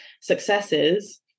successes